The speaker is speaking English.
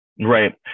Right